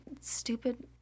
stupid